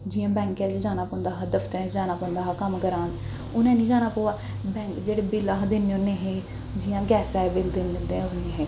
जि'यां बैंकें च जाना पौंदा हा दफ्तरें च जाना पौंदा हा कम्म करान हून हैन्नी जाना पवा बैं जेह्ड़े बिल अस दिन्ने होन्ने हे जि'यां गैसा दे बिल दिन्ने होन्ने हे